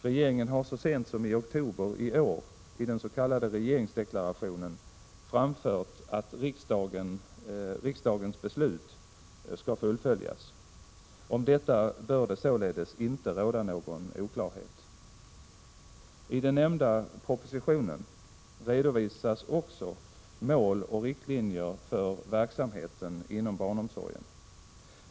Regeringen har så sent som i oktober i år i den s.k. regeringsförklaringen framfört att riksdagens beslut skall fullföljas. Om detta bör det således inte råda någon oklarhet. I den nämnda propositionen redovisas också mål och riktlinjer för verksamheten i barnomsorgen.